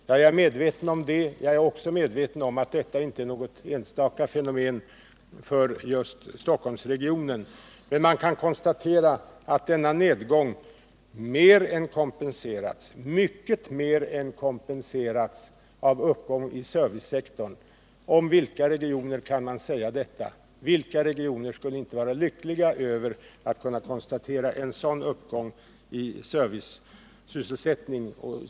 Jag är medveten om det, och jag är också medveten om att detta inte är något enstaka fenomen för just Stockholmsregionen, men man kan konstatera att denna nedgång har mycket mer än kompenserats av en uppgång i servicesektorn. Om vilka andra regioner kan man säga detta? Vilka regioner skulle inte vara lyckliga över att kunna konstatera en sådan uppgång i servicesysselsättningen?